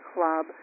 Club